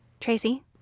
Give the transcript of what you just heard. tracy